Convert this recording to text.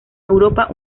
europa